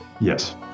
yes